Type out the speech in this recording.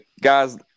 guys